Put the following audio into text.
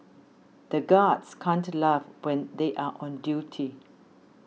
the guards can't laugh when they are on duty